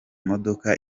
modoka